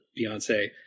Beyonce